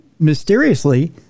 Mysteriously